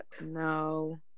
no